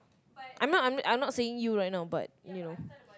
I'm not I'm I'm not saying you right now but you know